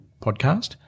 podcast